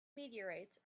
meteorites